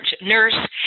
nurse